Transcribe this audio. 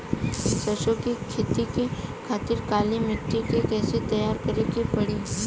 सरसो के खेती के खातिर काली माटी के कैसे तैयार करे के पड़ी?